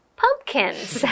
pumpkins